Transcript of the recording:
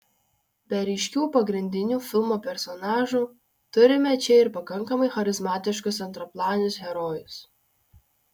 be ryškių pagrindinių filmo personažų turime čia ir pakankamai charizmatiškus antraplanius herojus